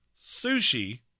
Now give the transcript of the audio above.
Sushi